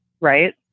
Right